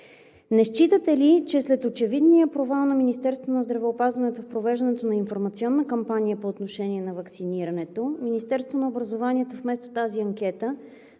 Не считате ли, че след очевидния провал на Министерството на здравеопазването в провеждането на информационна кампания по отношение на ваксинирането, вместо тази анкета